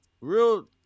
Real